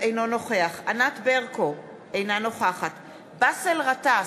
אינו נוכח ענת ברקו, אינה נוכחת באסל גטאס,